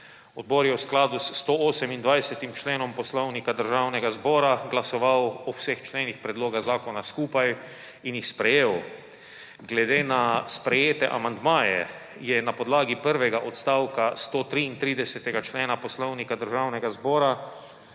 Odbor je v skladu s 128. členom Poslovnika Državnega zbora glasoval o vseh členih predloga zakona skupaj in jih sprejel. Glede na sprejete amandmaje je na podlagi prvega odstavka 133. člena Poslovnika Državnega zbora